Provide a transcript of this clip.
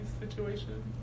situation